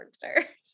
characters